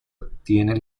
obtiene